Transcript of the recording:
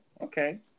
okay